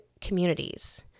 communities